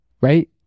Right